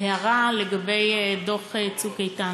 הערה לגבי דוח "צוק איתן":